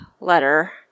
letter